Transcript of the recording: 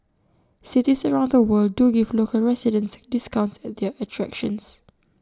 cities around the world do give local residents discounts at their attractions